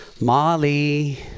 Molly